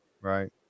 Right